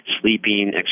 sleeping